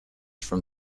from